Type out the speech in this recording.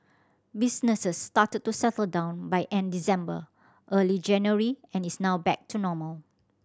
business started to settle down by end December early January and is now back to normal